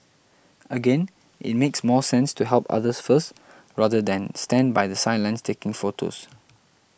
again it makes more sense to help others first rather than stand by the sidelines taking photos